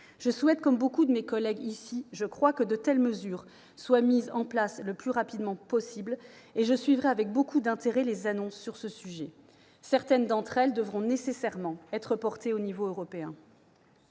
le crois, de beaucoup de mes collègues, je souhaite que de telles mesures soient mises en place le plus rapidement possible. Je suivrai avec beaucoup d'intérêt les annonces sur le sujet. Certaines d'entre elles devront nécessairement être portées à l'échelon européen.